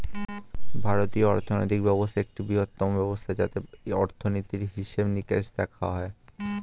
ভারতীয় অর্থনৈতিক ব্যবস্থা একটি বৃহত্তম ব্যবস্থা যাতে অর্থনীতির হিসেবে নিকেশ দেখা হয়